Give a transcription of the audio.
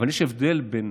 אבל יש הבדל בין